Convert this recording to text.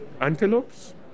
antelopes